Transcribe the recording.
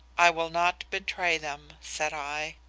i will not betray them said i.